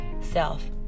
self